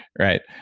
right.